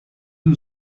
who